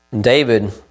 David